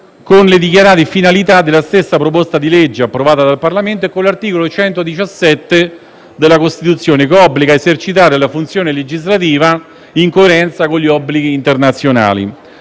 con le dichiarate finalità della stessa proposta di legge approvata dal Parlamento e con l'articolo 117 della Costituzione, che obbliga ad esercitare la funzione legislativa in coerenza con gli obblighi internazionali.